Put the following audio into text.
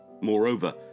Moreover